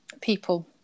people